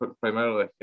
primarily